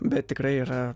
bet tikrai yra